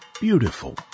beautiful